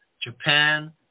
Japan